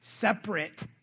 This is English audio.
Separate